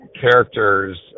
characters